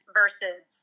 versus